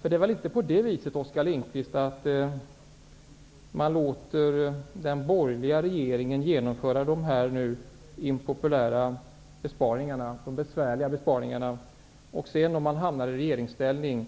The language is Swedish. För det är väl inte på det viset, Oskar Lindkvist, att man låter den borgerliga regeringen genomföra dessa impopulära och besvärliga besparingar och att man sedan, om man hamnar i regeringsställning,